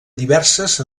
diverses